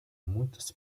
muitos